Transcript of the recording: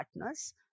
partners